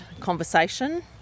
conversation